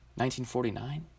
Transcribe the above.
1949